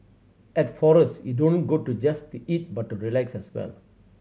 at Forest you don't go to just to eat but to relax as well